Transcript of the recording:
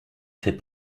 fait